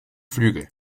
flügel